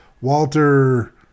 Walter